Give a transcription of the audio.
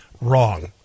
wrong